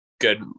good